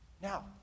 Now